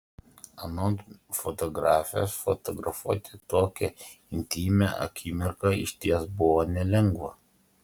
anot fotografės fotografuoti tokią intymią akimirką išties buvo nelengva